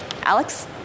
Alex